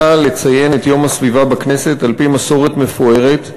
את יום הסביבה בכנסת על-פי מסורת מפוארת.